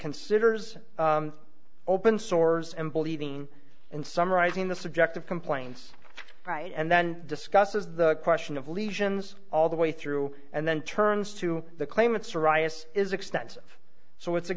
considers open sores and bleeding and summarizing the subjective complaints right and then discusses the question of lesions all the way through and then turns to the claim that psoriasis is expensive so it's